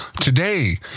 Today